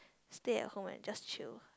stay at home and just chill